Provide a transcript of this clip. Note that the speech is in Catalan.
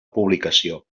publicació